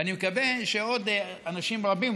ואני מקווה שעוד אנשים רבים,